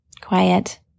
quiet